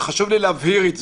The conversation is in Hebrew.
חשוב לי להבהיר את זה,